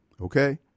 Okay